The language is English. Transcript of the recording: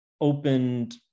opened